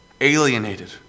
alienated